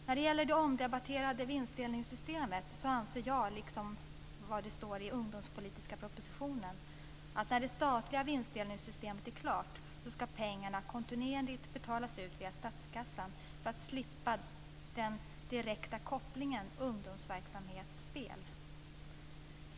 När det gäller det omdebatterade vinstdelningssystemet anser jag, i likhet med det som står i ungdomspolitiska propositionen, att när det statliga vinstdelningssystemet är klart ska pengarna kontinuerligt betalas ut via statskassan för att man ska slippa den direkta kopplingen mellan ungdomsverksamhet och spel.